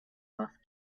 off